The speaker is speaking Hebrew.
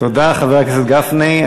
תודה, חבר הכנסת גפני.